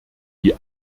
die